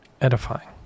Edifying